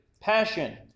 passion